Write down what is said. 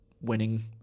winning